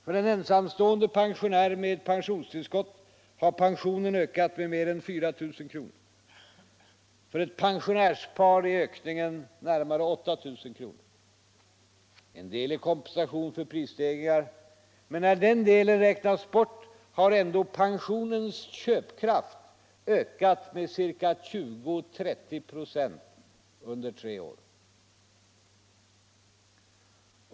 För en ensamstående pensionär med pensionstillskott har pensionen ökat med mer än 4 000 kr. För ett pensionärspar är ökningen närmare 8 000 kr. En del är kompensation för prisstegringar. Men när den delen räknas bort har ändå pensionens köpkraft ökat med ca 20-30 926 under tre år.